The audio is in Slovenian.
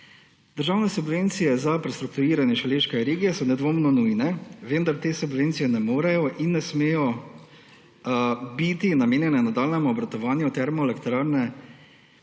Državne subvencije za prestrukturiranje Šaleške regije so nedvomno nujne, vendar te subvencije ne morejo in ne smejo biti namenjene nadaljnjemu obratovanju termoelektrarne,